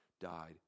died